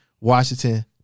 Washington